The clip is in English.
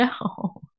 No